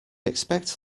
expect